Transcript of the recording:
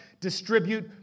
distribute